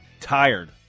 Tired